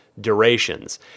durations